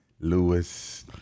Lewis